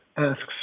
asks